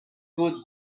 put